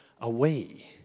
away